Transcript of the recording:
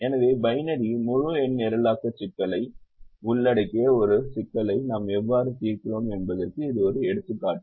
எனவே பைனரி முழு எண் நிரலாக்க சிக்கலை உள்ளடக்கிய ஒரு சிக்கலை நாம் எவ்வாறு தீர்க்கிறோம் என்பதற்கு இது ஒரு எடுத்துக்காட்டு